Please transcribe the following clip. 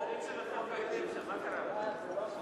נא להצביע.